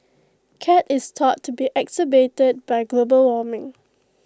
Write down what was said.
C A T is thought to be exacerbated by global warming